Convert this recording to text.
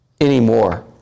anymore